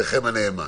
עבדכם הנאמן.